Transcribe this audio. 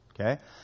Okay